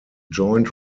joint